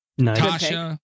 Tasha